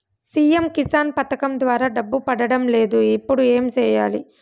CM Kisan పథకం ద్వారా డబ్బు పడడం లేదు ఇప్పుడు ఏమి సేయాలి